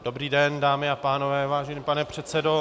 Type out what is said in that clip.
Dobrý den, dámy a pánové, vážený pane předsedo